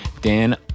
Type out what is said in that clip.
Dan